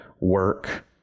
work